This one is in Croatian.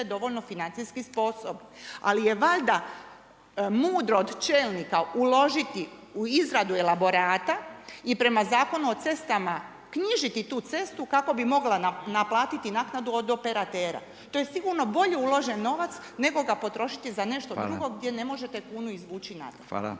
dovoljno financijski sposobne. Ali je valjda mudro od čelnika uložiti u izradu elaborata i prema Zakonu o cestama knjižiti tu cestu kako bi mogla naplatiti naknadu od operatera. To je sigurno bolje uložen novac nego ga potrošiti za nešto drugo gdje ne možete kunu izvući natrag.